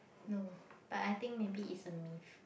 no but I think maybe is a myth